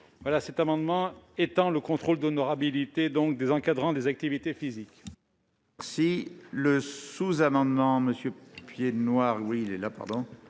: cet amendement tend à étendre le contrôle d'honorabilité des encadrants des activités physiques.